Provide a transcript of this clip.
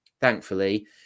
thankfully